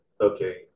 okay